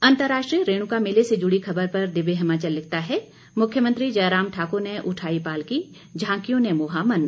अंतर्राष्ट्रीय रेणुका मेले से ज़ुड़ी खबर पर दिव्य हिमाचल लिखता है मुख्यमंत्री जयराम ठाक्र ने उठाई पालकी झांकियों ने मोहा मन